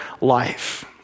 life